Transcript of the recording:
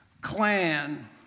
clan